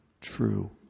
true